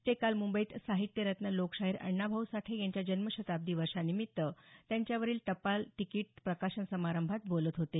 ते काल मुंबईत साहित्यरत्न लोकशाहीर अण्णा भाऊ साठे यांच्या जन्मशताब्दी वर्षानिमित्त त्यांच्यावरील टपाल तिकीट प्रकाशन समारंभात बोलत होते